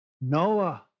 Noah